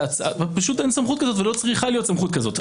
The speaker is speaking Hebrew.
פשוט אין סמכות כזאת ולא צריכה להיות סמכות כזאת.